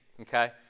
okay